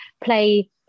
play